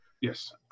Yes